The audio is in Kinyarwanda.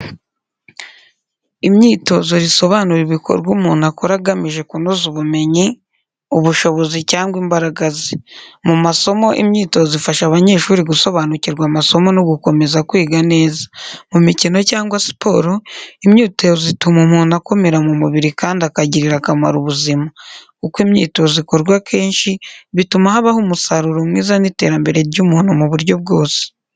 Imyitozo risobanura ibikorwa umuntu akora agamije kunoza ubumenyi, ubushobozi cyangwa imbaraga ze. Mu masomo, imyitozo ifasha abanyeshuri gusobanukirwa amasomo no gukomeza kwiga neza. Mu mikino cyangwa siporo, imyitozo ituma umuntu akomera mu mubiri kandi akagirira akamaro ubuzima. Uko imyitozo ikorwa kenshi, bituma habaho umusaruro mwiza n’iterambere ry’umuntu mu buryo bwose.